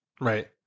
Right